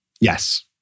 Yes